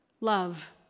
love